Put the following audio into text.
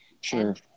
Sure